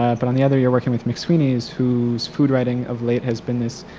um but on the other you're working with mcsweeney's, whose food writing of late has been this